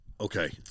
Okay